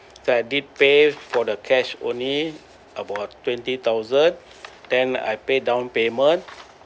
so I did pay for the cash only about twenty thousand then I pay down payment